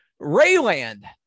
Rayland